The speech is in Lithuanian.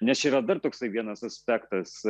nes čia yra dar toksai vienas aspektas